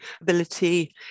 ability